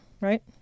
right